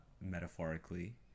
metaphorically